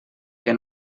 que